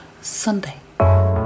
Sunday